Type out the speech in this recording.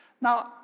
Now